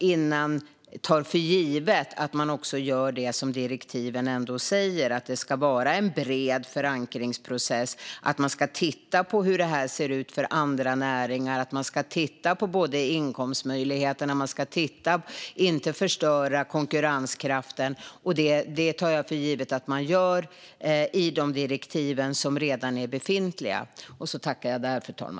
Jag tar för givet att man också gör det som framgår i direktiven, det vill säga att det ska vara en bred förankringsprocess, tittar på hur frågan ser ut för andra näringar, inkomstmöjligheter och att inte förstöra konkurrenskraften. Jag tar vidare för givet att man följer redan befintliga direktiv.